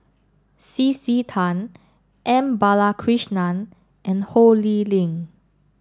C C Tan M Balakrishnan and Ho Lee Ling